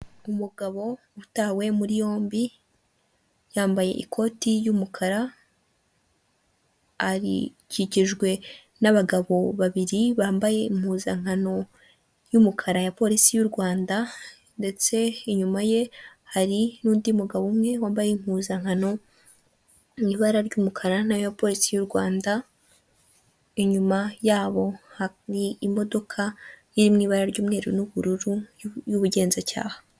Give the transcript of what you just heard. Umugabo utawe muri yombi, yambaye ikoti y'umukara akikijwe n'abagabo babiri bambaye impuzankano y'umukara ya porisi y'u Rwanda, ndetse inyuma ye hari n'undi mugabo umwe wambaye impuzankano iri mu ibara ry'umukara niya porisi y'u Rwanda, inyuma yabo hari imodoka iri mu ibara ry'umweru n'ubururu n'ubugenzacyaha.